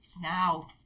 now